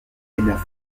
sénat